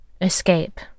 Escape